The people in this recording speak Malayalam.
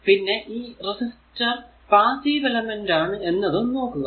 പിന്നെ ഈ റെസിസ്റ്റർ പാസ്സീവ് എലമെന്റ് ആണ് എന്നതും നോക്കുക